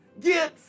Get